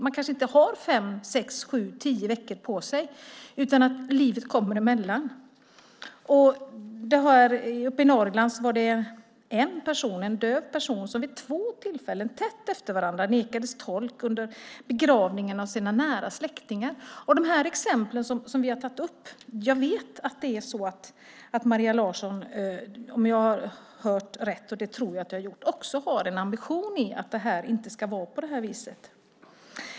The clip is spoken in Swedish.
Man kanske inte har fem, sex, sju eller tio veckor på sig, utan livet kommer emellan. Uppe i Norrland var det en döv person som vid två tillfällen tätt efter varandra nekades tolk under begravningen av nära släktingar. Jag vet att Maria Larsson, om jag har hört rätt och det tror jag att jag har gjort, också har ambitionen att det inte ska vara på det här viset.